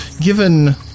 given